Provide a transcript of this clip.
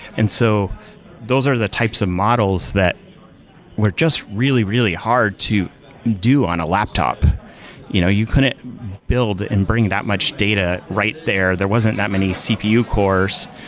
and so those are the types of models that were just really, really hard to do on a laptop you know you couldn't build and bring that much data right there. there wasn't that many cpu cores.